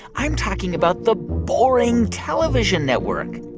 i'm talking about the boring television network